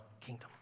kingdom